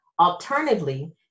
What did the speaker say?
Alternatively